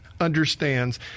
understands